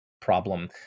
problem